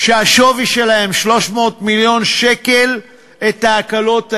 שהשווי שלהן 300 מיליון שקל בהקלות האלה.